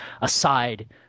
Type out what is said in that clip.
aside